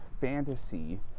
fantasy